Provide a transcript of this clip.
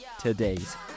today's